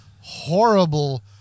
horrible